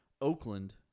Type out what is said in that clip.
Oakland